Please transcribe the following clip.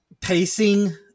pacing